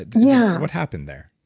yeah what happened there?